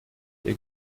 der